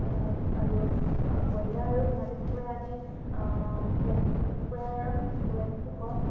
আৰু কয়লা আৰু সোণালী কুকুৰা আদি ৱেট কুকুৰাৰ ৱেটটো কম